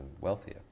wealthier